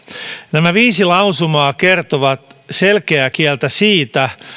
nämä viisi lausumaa kertovat selkeää kieltä siitä